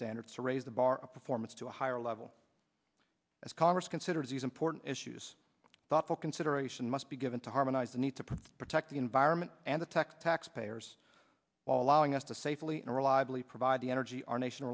standards to raise the bar of performance to a higher level as congress considers these important issues thoughtful consideration must be given to harmonize the need to protect the environment and attack taxpayers while allowing us to safely and reliably provide the energy our nation